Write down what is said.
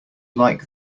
like